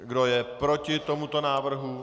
Kdo je proti tomuto návrhu?